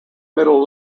middle